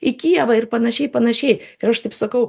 į kijevą ir panašiai panašiai ir aš taip sakau